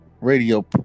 radio